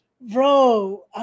Bro